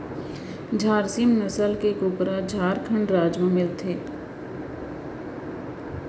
झारसीम नसल के कुकरा झारखंड राज म मिलथे